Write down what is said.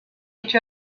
each